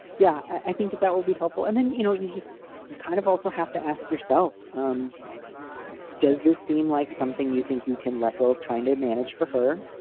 yeah. i think that that will be helpful. and then, you know, you just you kind of also have to ask yourself. um does this seem like something you think you can let go of trying to manage for her?